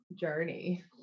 journey